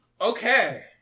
Okay